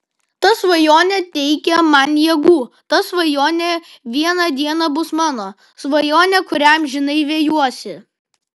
ta svajonė teikia man jėgų ta svajonė vieną dieną bus mano svajonė kurią amžinai vejuosi